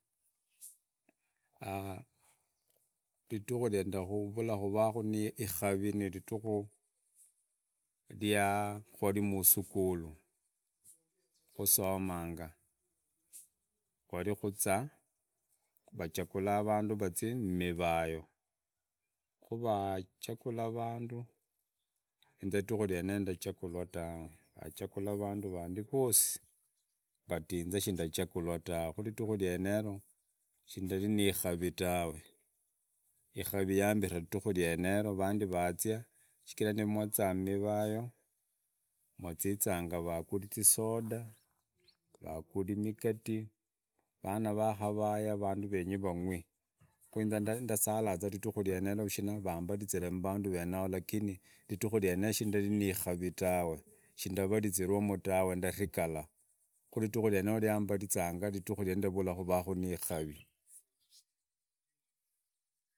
ridiku rya ndavura kuraaku kurakuu ikarii ni ridiku rya kwari musukuru husomanga kwari kuzaa wachagula vandu vazi mvivago, kuva chaguta vandu inzi ridiku ryenero ndachagulwa tawe, vachagula vandu vandi vosi but inze ndachagulwa tawe, ridikų ryenero sindari nii ikari tawe, ikavi yambira ndiku nyenero vandi vazia, shikari nimutza mvivayo, muzizanga vaguri migadi vana vakavaya venyeganya ranqwi ku inze ndasara ridimu ryenero shina vambarizire mbaandu lakini ridiku ryenero shindari na ikari tawe, shindararizwa mu tawwe ndarigala khu ridiku ryenero mbarızanga kuvaaku nii ikavi.